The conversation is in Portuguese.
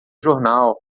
jornal